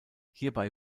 hierbei